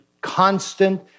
constant